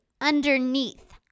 underneath